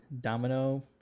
domino